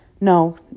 no